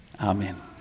Amen